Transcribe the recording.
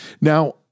Now